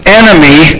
enemy